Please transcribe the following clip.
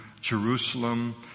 Jerusalem